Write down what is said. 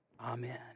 Amen